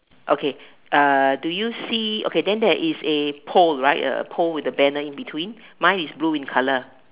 okay uh do you see okay then there is a pole right a pole with a banner in between mine is blue in color